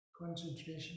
concentration